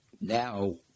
Now